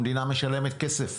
המדינה משלמת כסף